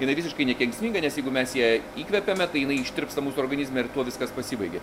jina ivisiškai nekenksminga nes jeigu mes ją įkvepiame tai jinai ištirpsta mūsų organizme ir tuo viskas pasibaigia